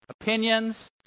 opinions